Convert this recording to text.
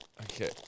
okay